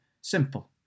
Simple